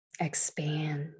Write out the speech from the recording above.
expand